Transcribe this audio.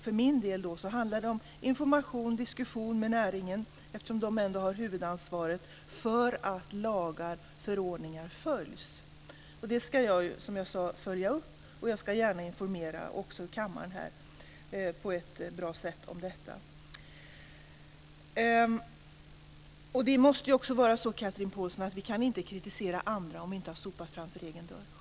För min del handlar det om information och diskussion med näringen, eftersom den ändå har huvudansvaret för att lagar och förordningar följs. Detta ska jag som sagt följa upp, och jag ska gärna också informera kammaren på ett bra sätt. Det måste också vara så, Chatrine Pålsson, att vi inte kan kritisera andra om vi inte har sopat framför egen dörr.